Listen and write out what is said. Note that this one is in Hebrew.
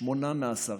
שמונה מעשרה.